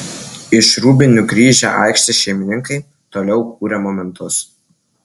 iš rūbinių grįžę aikštės šeimininkai toliau kūrė momentus